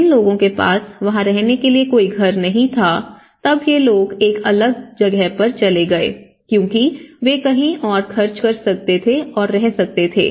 जिन लोगों के पास वहां रहने के लिए कोई घर नहीं था तब ये लोग एक अलग जगह पर चले गए क्योंकि वे कहीं और खर्च कर सकते थे और रह सकते थे